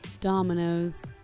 Dominoes